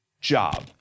job